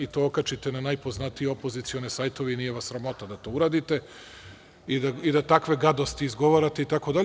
I to okačite na najpoznatiji opozicione sajtove i nije vas sramota da to uradite, i da takve gadosti izgovarate itd.